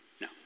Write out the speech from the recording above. No